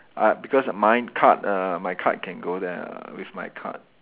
uh because my card err my card can go there with my card